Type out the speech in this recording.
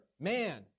man